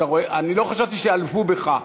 לא חשבתי שעלבו בך.